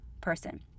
person